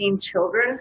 children